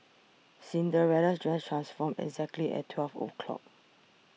Cinderella's dress transformed exactly at twelve o'clock